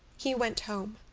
he went home.